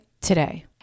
today